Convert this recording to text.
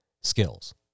skills